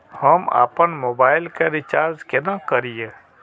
हम आपन मोबाइल के रिचार्ज केना करिए?